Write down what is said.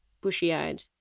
bushy-eyed